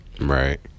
Right